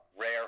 rare